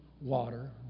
water